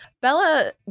Bella